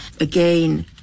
Again